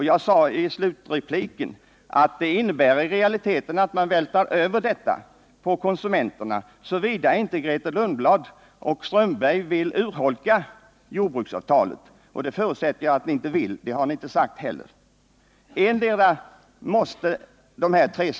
Jag sade i slutrepliken att förslaget i realiteten innebär att man vältrar över kostnader på konsumenterna — såvida inte Grethe Lundblad och Håkan Strömberg vill urholka jordbruksavtalet, men det förutsätter jag att ni inte vill, och det har ni inte heller sagt.